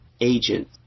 agent